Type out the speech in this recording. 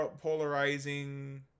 polarizing